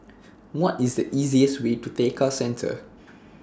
What IS The easiest Way to Tekka Centre